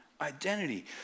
identity